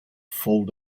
fold